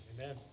Amen